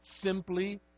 simply